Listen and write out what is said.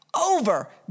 over